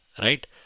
Right